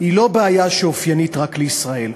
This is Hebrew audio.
היא לא בעיה שאופיינית רק לישראל.